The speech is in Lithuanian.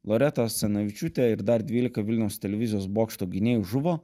loreta asanavičiūtė ir dar dvylika vilniaus televizijos bokšto gynėjų žuvo